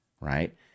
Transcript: right